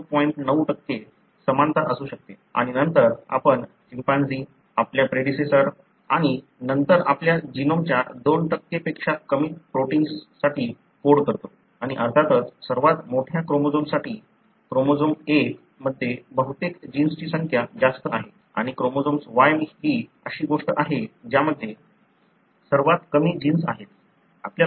9 समानता असू शकते आणि नंतर आपण चिंपांझी आपल्या प्रेडिसेसॉर आणि नंतर आपल्या जीनोमच्या 2 पेक्षा कमी प्रोटिन्ससाठी कोड करतो आणि अर्थातच सर्वात मोठ्या क्रोमोझोम्ससाठी क्रोमोझोम्स 1 मध्ये बहुतेक जीन्सची संख्या जास्त आहे आणि क्रोमोझोम्स Y ही अशी गोष्ट आहे ज्यामध्ये सर्वात कमी जीन्स आहेत